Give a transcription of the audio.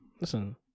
Listen